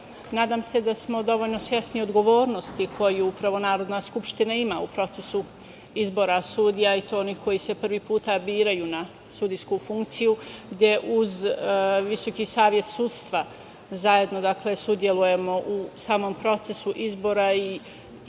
nadam se da smo dovoljno svesni odgovornosti koju upravo Narodna skupština ima u procesu izbora sudija i to onih koji se prvi put biraju na sudijsku funkciju, gde uz Visoki savet sudstva zajedno učestvujemo u samom procesu izbora i